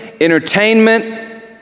entertainment